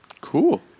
Cool